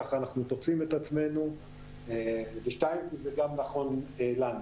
כך אנחנו תופסים את עצמנו ושתיים כי זה גם נכון לנו.